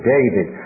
David